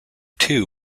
too